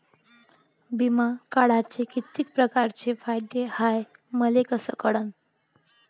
बिमा काढाचे कितीक परकारचे फायदे हाय मले कस कळन?